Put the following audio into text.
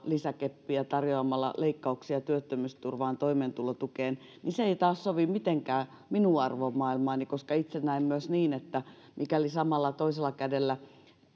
lisäkeppiä ja tarjoaisi leikkauksia työttömyysturvaan ja toimeentulotukeen niin se ei taas sovi mitenkään minun arvomaailmaani koska itse näen myös niin että mikäli samalla toisella kädellä